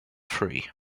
free